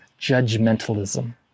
judgmentalism